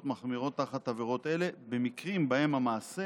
מחמירות תחת עבירות אלה במקרים שבהם המעשה